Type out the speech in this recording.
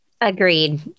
Agreed